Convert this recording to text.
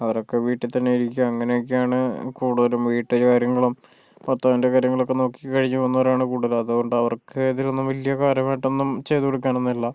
അവരൊക്കെ വീട്ടിൽ തന്നെ ഇരിക്കുക അങ്ങനെയൊക്കെയാണ് കൂടുതലും വീട്ട് കാര്യങ്ങളും ഭർത്താവിൻ്റെ കാര്യങ്ങളൊക്കെ നോക്കി കഴിഞ്ഞ് പോകുന്നവരാണ് കൂടുതലും അതുകൊണ്ട് അവർക്ക് അതിലൊന്നും വലിയ കാര്യമായിട്ടൊന്നും ചെയ്ത് കൊടുക്കാനൊന്നുല്ല